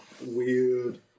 weird